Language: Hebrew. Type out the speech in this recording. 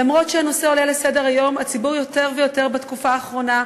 למרות שהנושא עולה על סדר-היום הציבורי יותר ויותר בתקופה האחרונה,